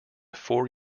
four